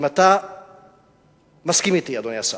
האם אתה מסכים אתי, אדוני השר?